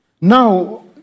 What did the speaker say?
Now